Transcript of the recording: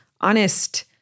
honest